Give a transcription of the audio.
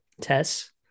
Tess